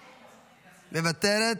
מוותרת,